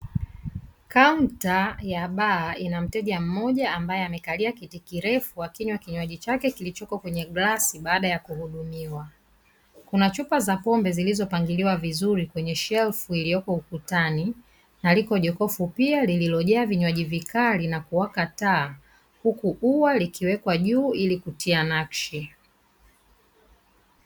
Kaunta ya baa ina mteja mmoja ambaye amekalia kiti kirefu akinywa kinywaji chake kilichoko kwenye glasi baada ya kuagiza. Kuna chupa za pombe zilizopangiliwa vizuri kwenye shelfu iliyoko ukutani, dariko nyekundu pia lililojaa vinywaji vikali na kuwaka taa, huku hua likiwekwa juu ili kutia nakshi.